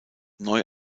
neu